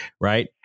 Right